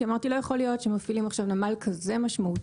כי אמרתי שלא יכול להיות שמפעילים עכשיו נמל כזה משמעותי